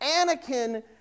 Anakin